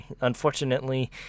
Unfortunately